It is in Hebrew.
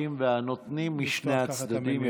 הנושאים והנותנים משני הצדדים.